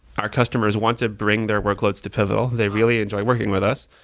our customers want to bring their workloads to pivotal. they really enjoy working with us.